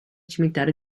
cimitero